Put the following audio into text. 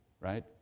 right